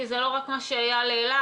כי זה לא רק מה שאייל העלה,